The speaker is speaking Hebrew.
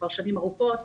שנים ארוכות,